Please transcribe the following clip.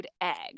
eggs